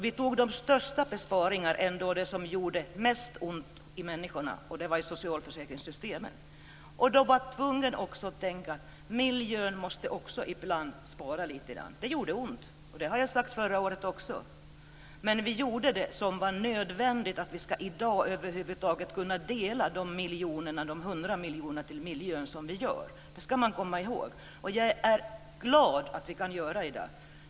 Vi gjorde de största besparingarna där det gjorde mest ont i människorna, nämligen i socialförsäkringssystemen. Vi var tvungna att tänka att vi också måste spara lite grann på miljösidan. Det gjorde ont, och det sade jag förra året också. Men vi gjorde det som var nödvändigt för att det i dag skulle vara möjligt att avsätta de hundra miljonerna till miljön som vi gör. Detta ska vi komma ihåg. Jag är glad att vi kan göra det i dag.